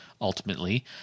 ultimately